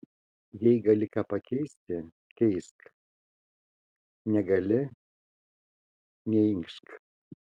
jei gali ką pakeisti keisk negali neinkšk